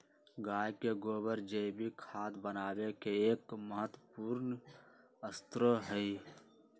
गाय के गोबर जैविक खाद बनावे के एक महत्वपूर्ण स्रोत हई